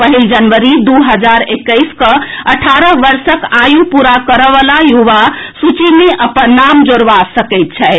पहिल जनवरी दू हजार इक्कैस कऽ अठारह वर्षक आयु पूरा करय वला युवा सूची मे अपन नाम जोड़बा सकैत छथि